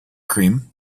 cream